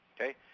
Okay